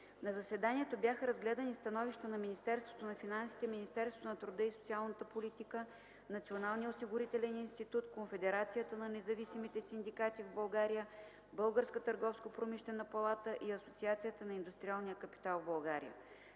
На заседанието бяха разгледани становища на Министерството на финансите, Министерството на труда и социалната политика, Националния осигурителен институт, Конфедерацията на независимите синдикати в България, Българска търговско-промишлена палата и Асоциацията на индустриалния капитал в България.